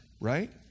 right